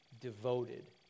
devoted